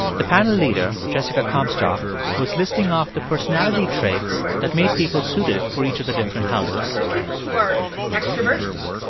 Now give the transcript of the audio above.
the panel leader jessica comstock was listing off the personality traits that made people suited for each of the different houses the people who are extroverts